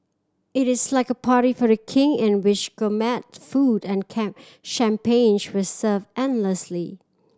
it is like a party for a King in which gourmet food and champagne were served endlessly